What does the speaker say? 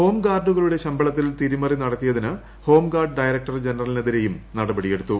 home ഗാർഡുകളുടെ ശമ്പളത്തിൽ തിരിമറി നടത്തിയതിന് ഹോം ഗാർഡ് ഡയറക്ടർ ജനറലിനെതിരെയും നടപടിയെടുത്തു